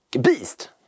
beast